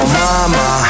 mama